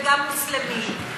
וגם מוסלמים.